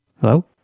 Hello